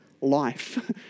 life